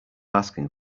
asking